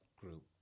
group